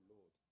Lord